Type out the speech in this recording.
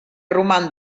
roman